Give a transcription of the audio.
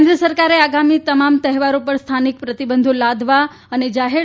કેન્દ્ર સરકારે આગામી તમામ તહેવારો પર સ્થાનિક પ્રતિબંધો લાદવા અને જાહેર